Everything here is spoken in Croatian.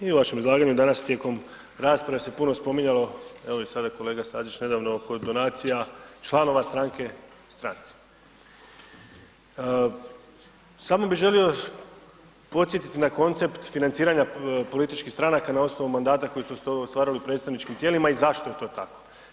I u vašem izlaganju danas, i tijekom rasprave se puno spominjalo, evo i sada kolega Stazić nedavno oko donacija članova stranke stranci. samo bi želio podsjetiti na koncept financiranja političkih stranka na osnovu mandata koje su ostvarili u predstavničkim tijelima i zašto je to tako?